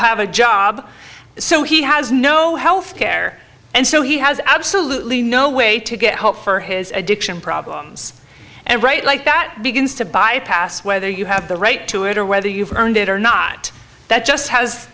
have a job so he has no health care and so he has absolutely no way to get help for his addiction problems and right like that begins to bypass whether you have the right to it or whether you've earned it or not that just has